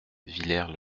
villers